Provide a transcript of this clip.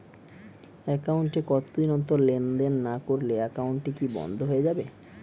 Account এ কতদিন অন্তর লেনদেন না করলে একাউন্টটি কি বন্ধ হয়ে যাবে?